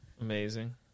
amazing